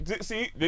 See